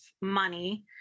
money